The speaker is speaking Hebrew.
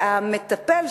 והמטפל,